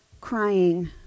crying